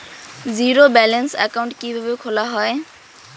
Zero balance account কিভাবে খোলা হয়?